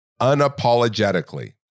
unapologetically